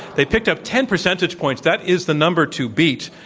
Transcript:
they picked up ten percentage points. that is the number to beat.